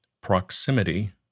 Proximity